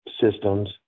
systems